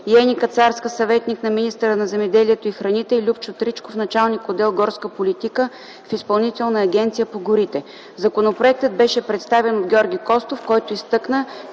Йени Кацарска – съветник на министъра на земеделието и храните, Любчо Тричков – началник отдел „Горска политика” в Изпълнителна агенция по горите. Законопроектът беше представен от Георги Костов, който изтъкна,